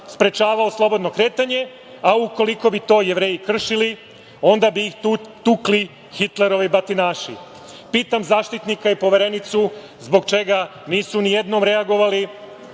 sprečavao slobodno kretanje, a ukoliko bi to Jevreji kršili onda bi ih tukli Hitlerovi batinaši. Pitam Zaštitnika i Poverenicu, zbog čega nisu ni jednom reagovali